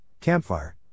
Campfire